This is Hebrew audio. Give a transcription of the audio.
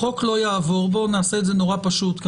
החוק לא יעבור נעשה את זה פשוט כי